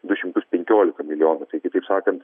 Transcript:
du šimtus penkioliką milijonų tai kitaip sakant